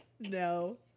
No